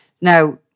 Now